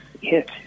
Yes